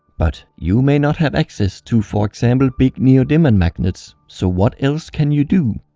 but you may not have access to for example big neodymium magnets so what else can you do?